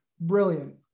Brilliant